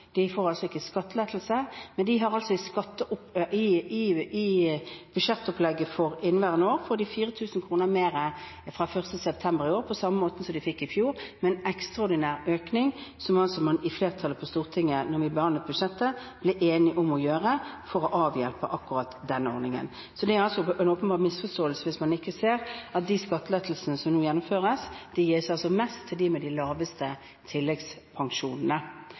de får altså ikke skattelettelse, men etter budsjettopplegget for inneværende år får de 4 000 kr mer fra 1. september i år, på samme måte som de fikk i fjor, med en ekstraordinær økning som flertallet på Stortinget, da vi behandlet budsjettet, ble enige om for å avhjelpe akkurat denne ordningen. Det er altså en åpenbar misforståelse hvis man ikke ser at de skattelettelsene som nå gjennomføres, gir mest til dem med de laveste tilleggspensjonene.